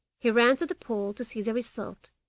he ran to the pool to see the result,